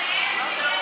למה?